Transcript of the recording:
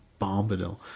bombadil